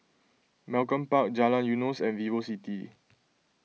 Malcolm Park Jalan Eunos and VivoCity